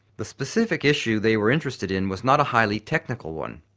the specific issue they were interested in was not a highly technical one.